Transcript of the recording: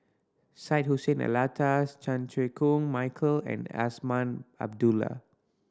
Syed Hussein Alatas Chan Chew Koon Michael and Azman Abdullah